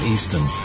Eastern